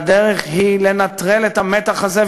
והדרך היא לנטרל את המתח הזה,